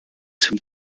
zum